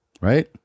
Right